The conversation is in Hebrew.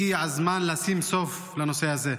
הגיע הזמן לשים סוף לנושא הזה.